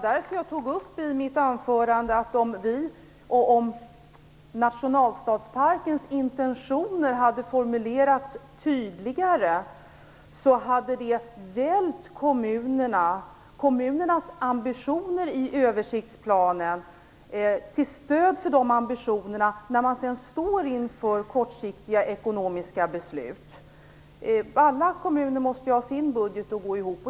Därför tog jag i mitt anförande upp att om intentionerna med nationalstadsparken hade formulerats tydligare hade det hjälpt kommunernas ambitioner i översiktsplanen när de står inför kortsiktiga ekonomiska beslut. Alla kommuner måste få sin budget att gå ihop.